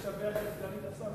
לשבח את סגנית השר.